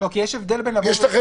יש לכם